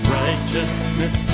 righteousness